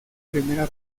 primera